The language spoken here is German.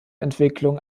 entwicklung